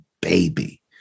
baby